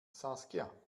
saskia